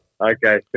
Okay